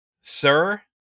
Sir